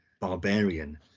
Barbarian